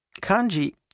Kanji